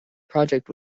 project